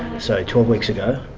so twelve weeks ago,